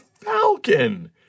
falcon